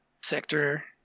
sector